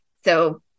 So-